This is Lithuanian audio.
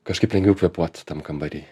kažkaip lengviau kvėpuot tam kambary